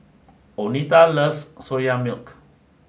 Oneta loves soya milk